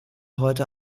heute